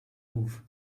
ruf